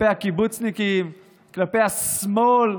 כלפי הקיבוצניקים, כלפי השמאל,